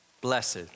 blessed